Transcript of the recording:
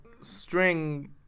string